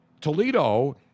Toledo